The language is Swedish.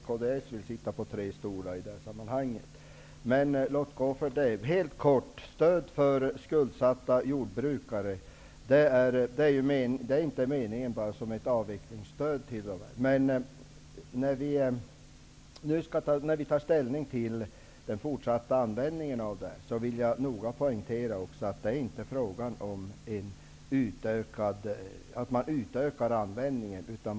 Herr talman! Jag kan bara konstatera att man i kds vill sitta på tre stolar samtidigt. Låt gå för det. Stödet för skuldsatta jordbrukare är inte enbart menat som ett avvecklingsstöd. När vi nu tar ställning till den fortsatta användningen av stödet vill jag noga poängtera att det inte är fråga om att man utökar användningen av det.